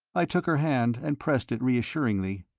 i took her hand and pressed it reassuringly.